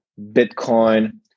Bitcoin